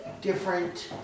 different